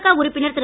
க உறுப்பினர் திரு